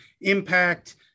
impact